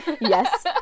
yes